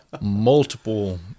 multiple